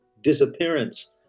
disappearance